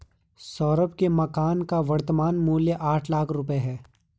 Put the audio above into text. सौरभ के मकान का वर्तमान मूल्य आठ लाख रुपये है